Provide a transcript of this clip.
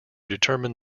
determine